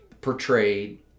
portrayed